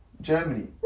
Germany